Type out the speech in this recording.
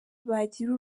bagira